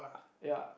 ya